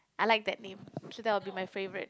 I like that name so that will be my favourite